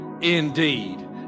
indeed